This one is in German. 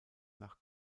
nach